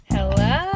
Hello